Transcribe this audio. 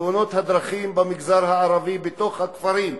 תאונות הדרכים במגזר הערבי, בתוך הכפרים.